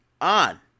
on